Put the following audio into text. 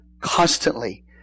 constantly